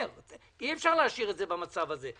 אי אפשר להשאיר את זה במצב הזה.